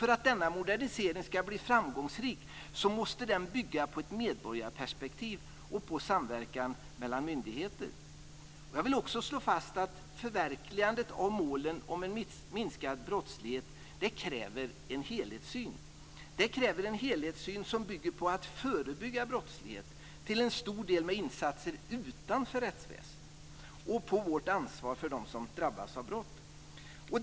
För att denna modernisering ska bli framgångsrik måste den bygga på ett medborgarperspektiv och på samverkan mellan myndigheter. Jag vill också slå fast att förverkligandet av målen om en minskad brottslighet kräver en helhetssyn, som bygger på att förebygga brottslighet, till stor del med insatser utanför rättsväsendet, och på vårt ansvar för dem som drabbas av brott.